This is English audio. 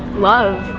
love,